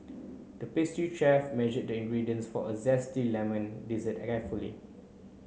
the pastry chef measured the ingredients for a zesty lemon dessert carefully